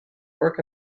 work